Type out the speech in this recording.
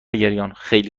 گریانخیلی